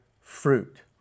fruit